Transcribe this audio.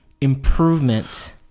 improvements